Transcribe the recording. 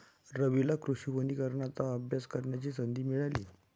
रवीला कृषी वनीकरणाचा अभ्यास करण्याची संधी मिळाली